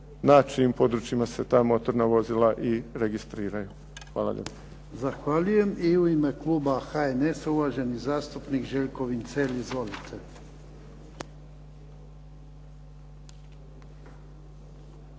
na čijim se područjima ta motorna vozila i registriraju. Hvala lijepo.